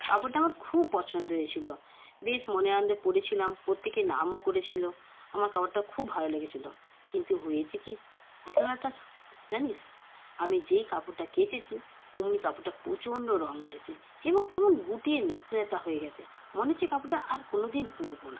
কাপড়টা আমার খুব পছন্দ হয়েছিল বেশ মনের আনন্দে পরেছিলাম প্রত্যেকে নামও করেছিল আমার কাপড়টা খুব ভালো লেগেছিলো কিন্তু হয়েছে কী ঘটনাটা জানিস আমি যেই কাপড়টা কেচেছি ওমনি কাপড়টা প্রচণ্ড রঙ উঠেছে এবং কেমন গুটিয়ে ন্যাতা ন্যাতা হয়ে গেছে মনে হচ্ছে কাপড়টা আর কোনও দিন পরবো না